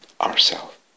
ourself